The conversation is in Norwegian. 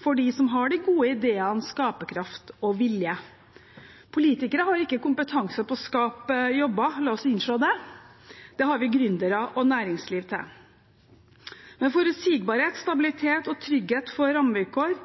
for dem som har de gode ideene, skaperkraft og vilje. Politikere har ikke kompetanse på å skape jobber – la oss innse det. Det har vi gründere og et næringsliv til. Forutsigbarhet, stabilitet og trygghet for rammevilkår